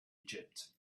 egypt